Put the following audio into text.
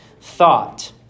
thought